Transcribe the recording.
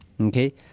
okay